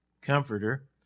comforter